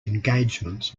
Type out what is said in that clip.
engagements